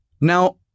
Now